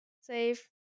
save